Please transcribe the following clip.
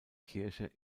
kirche